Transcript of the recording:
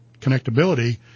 connectability